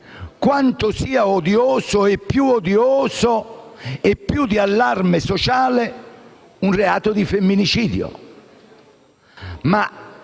quanto sia più odioso e di allarme sociale il reato di femminicidio.